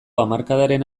hamarkadaren